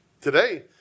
today